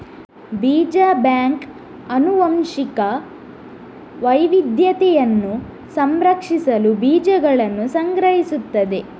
ಬೀಜ ಬ್ಯಾಂಕ್ ಆನುವಂಶಿಕ ವೈವಿಧ್ಯತೆಯನ್ನು ಸಂರಕ್ಷಿಸಲು ಬೀಜಗಳನ್ನು ಸಂಗ್ರಹಿಸುತ್ತದೆ